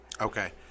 Okay